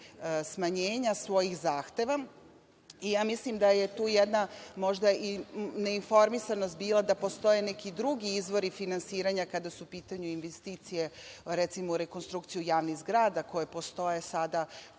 smanjenja svojih zahteva, mislim da je tu jedna, možda, neinformisanost bila da postoje neki drugi izvori finansiranja kada su u pitanju investicije u rekonstrukciju javnih zgrada koje postoje sada